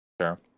Sure